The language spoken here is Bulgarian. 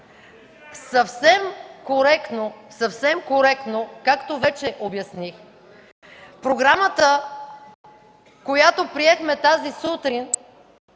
Съвсем коректно, както вече обясних, програмата, която приехме тази сутрин,